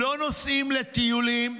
לא נוסעים לטיולים.